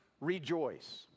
rejoice